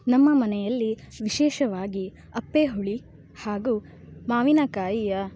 ನಮ್ಮ ಮನೆಯಲ್ಲಿ ವಿಶೇಷವಾಗಿ ಅಪ್ಪೆ ಹುಳಿ ಹಾಗೂ ಮಾವಿನಕಾಯಿಯ